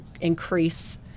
increase